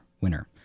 winner